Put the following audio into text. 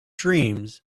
dreams